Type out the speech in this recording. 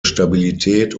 stabilität